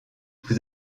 vous